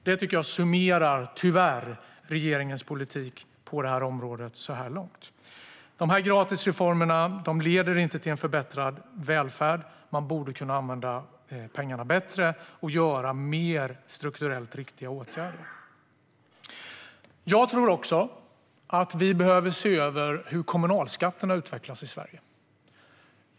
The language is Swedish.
Det tycker jag tyvärr summerar regeringens politik på området så här långt. De här gratisreformerna leder inte till en förbättrad välfärd. Man borde kunna använda pengarna bättre och vidta strukturellt mer riktiga åtgärder. Jag tror också att vi behöver se över hur kommunalskatterna utvecklas i Sverige.